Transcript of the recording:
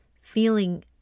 feeling